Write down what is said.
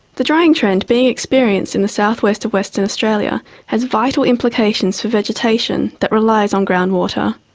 the drying trend being experienced in the south-west of western australia has vital implications for vegetation that relies on groundwater.